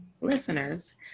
Listeners